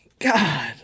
God